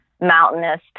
mountainous